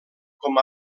com